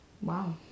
Wow